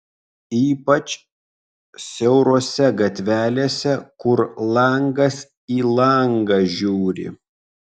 ypač siaurose gatvelėse kur langas į langą žiūri